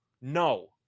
No